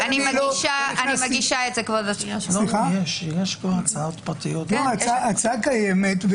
אני מגישה את זה --- ההצעה קיימת.